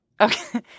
Okay